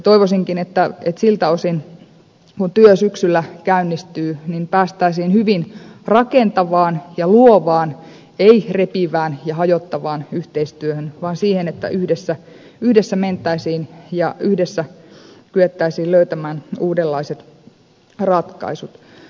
toivoisinkin että siltä osin kuin työ syksyllä käynnistyy päästäisiin hyvin rakentavaan ja luovaan ei repivään ja hajottavaan yhteistyöhön siihen että yhdessä mentäisiin ja yhdessä kyettäisiin löytämään uudenlaiset ratkaisut